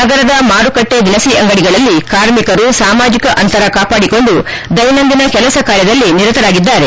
ನಗರದ ಮಾರುಕಟ್ಟೆ ದಿನಸಿ ಅಂಗಡಿಗಳಲ್ಲಿ ಕಾರ್ಮಿಕರು ಸಾಮಾಜಿಕ ಅಂತರ ಕಾಪಾಡಿಕೊಂಡು ದೈನಂದಿನ ಕೆಲಸ ಕಾರ್ಯದಲ್ಲಿ ನಿರತರಾಗಿದ್ದಾರೆ